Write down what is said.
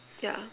yeah